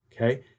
Okay